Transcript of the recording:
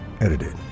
Edited